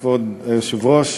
כבוד היושב-ראש,